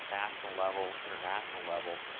national level, international level.